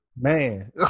man